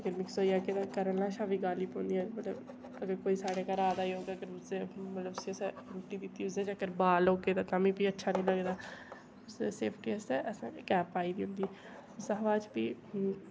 अगर मिक्स होई जाए घरै आह्ले शा बी गालियां पौंदियां मतलब अगर साढ़े कोई घर आए दा गै होऐ उसदे मतलब उस असें रुट्टी दित्ती उस च जेकर बाल होगे तांमी फ्ही अच्छा नी लगदा सेफ सेफ्टी आस्तै असें कैप पाई दी होंदी उसदे बाद च फ्ही